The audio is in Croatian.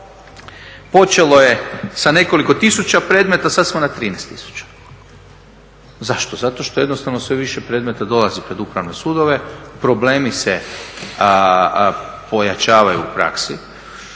počelo je sa nekoliko tisuća predmeta, sada smo na 13 tisuća. Zašto? Zato što jednostavno sve više predmeta dolazi pred upravne sudove, problemi se pojačavaju u praksi.